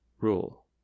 rule